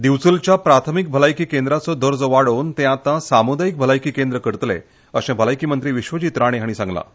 दिवचलच्या प्राथमिक भलायकी केंद्राचो दर्जो वाडोवन तें आतां सामुदायीक भलायकी केंद्र करतले अशें भलायकी मंत्री विश्वजीत राणे हांणी सांगलां